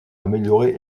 améliorer